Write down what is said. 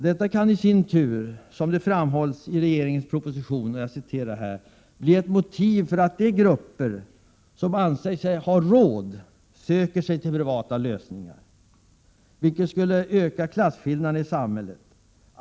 Detta kan i sin tur — som det framhålls i regeringens proposition — ”bli ett motiv för att de grupper som anser sig ha råd söker sig till privata lösningar, vilket skulle öka klasskillnaderna i samhället.